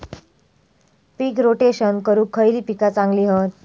पीक rotation करूक खयली पीका चांगली हत?